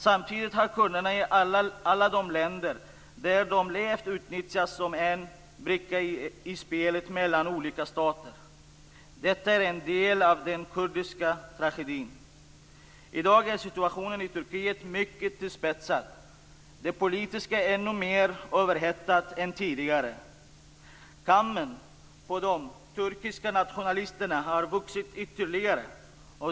Samtidigt har kurderna i alla de länder där de levt utnyttjats som brickor i spelet mellan olika stater. Detta är en del av den kurdiska tragedin. I dag är situationen i Turkiet mycket tillspetsad. Den politiska situationen är mycket mer överhettad än tidigare. Kammen på de turkiska nationalisterna har vuxit ytterligare.